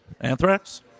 Anthrax